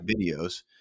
videos